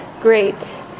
great